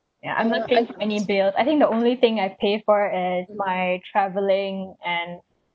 ya I'm not paying any bill I think the only thing I pay for is my travelling and